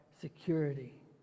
security